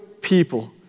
people